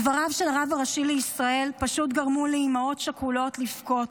דבריו של הרב הראשי לישראל פשוט גרמו לאימהות שכולות לבכות.